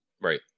Right